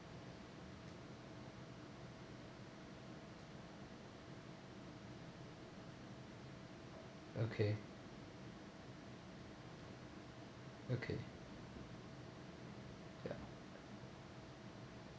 okay okay ya